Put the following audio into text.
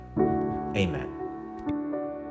Amen